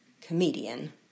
comedian